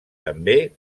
també